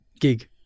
gig